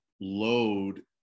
load